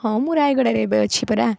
ହଁ ମୁଁ ରାୟଗଡ଼ାରେ ଏବେ ଅଛି ପରା